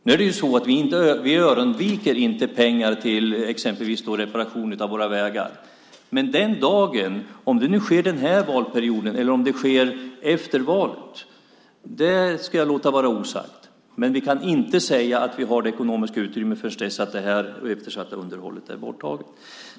Nu är det ju så att vi inte öronmärker pengar till exempelvis reparation av våra vägar, om det nu sker den här valperioden eller om det sker efter valet. Men vi kan inte säga att vi har det ekonomiska utrymmet förrän detta eftersatta underhåll är åtgärdat.